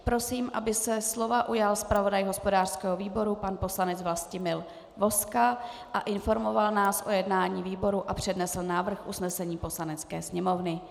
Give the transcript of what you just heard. Prosím, aby se slova ujal zpravodaj hospodářského výboru pan poslanec Vlastimil Vozka, informoval nás o jednání výboru a přednesl návrh usnesení Poslanecké sněmovny.